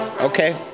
Okay